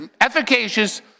Efficacious